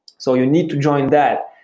so you need to join that,